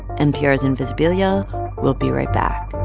npr's invisibilia will be right back